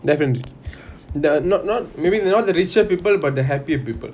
definitely there are not not maybe they're not the richer people but the happier people